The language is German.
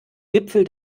gipfel